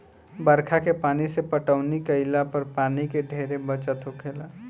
बरखा के पानी से पटौनी केइला पर पानी के ढेरे बचत होखेला